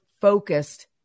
focused